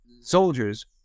soldiers